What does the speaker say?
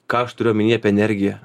ką aš turiu omeny apie energiją